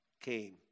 came